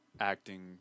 acting